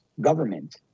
government